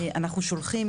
אנחנו שולחים,